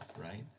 right